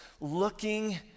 looking